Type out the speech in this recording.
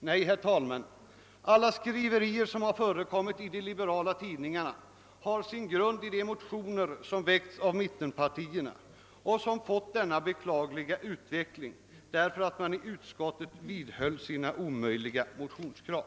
Nej, herr talman, alla skriverier som förekommit i de liberala tidningarna har sin grund i de motioner som väckts av mittenpartierna och som fått denna beklagliga utveckling till följd, därför att man i utskottet vidhöll sina omöjliga motionskrav.